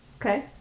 okay